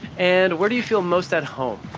and where do you feel most at home?